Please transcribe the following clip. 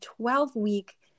12-week